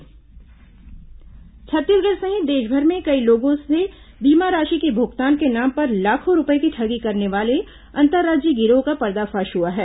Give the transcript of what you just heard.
ठगी आरोपी गिरफ्तार छत्तीसगढ़ सहित देशभर में कई लोगों से बीमा राशि के भुगतान के नाम पर लाखों रूपये की ठगी करने वाले अंतर्राज्यीय गिरोह का पर्दाफाश हुआ है